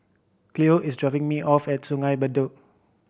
Cleo is dropping me off at Sungei Bedok